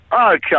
Okay